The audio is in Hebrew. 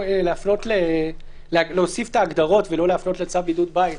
להוסיף את ההגדרות ולא להפנות לצו בידוד בית.